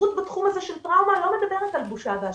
הספרות בתחום הזה של טראומה לא מדברת על בושה ואשמה.